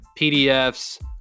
pdfs